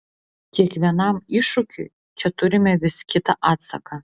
kiekvienam iššūkiui čia turime vis kitą atsaką